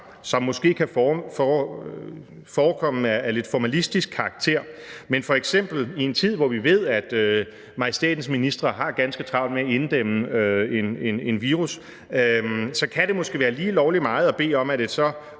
som måske kan forekomme at være af lidt formalistisk karakter, men i en tid, hvor vi ved, at majestætens ministre har ganske travlt med at inddæmme en virus, så kan det måske være lige lovlig meget at bede om, at et så